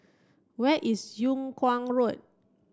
where is Yung Kuang Road